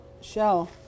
shell